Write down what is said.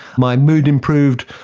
my mood improved,